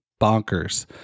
bonkers